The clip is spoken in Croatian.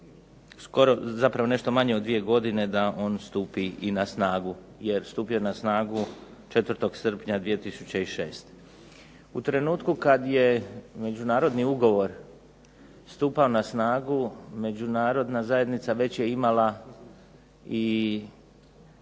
nešto manje od dvije godine da on stupi i na snagu jer stupio je na snagu 4. srpnja 2006. U trenutku kad je međunarodni ugovor stupao na snagu Međunarodna zajednica već je imala i